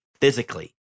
physically